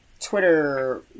twitter